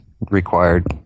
required